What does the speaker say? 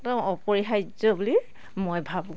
একদম অপৰিহাৰ্য বুলি মই ভাবোঁ